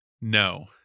No